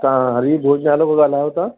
ता हरि भोजनालय खां ॻाल्हायो था